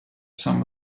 some